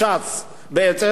האמת היא,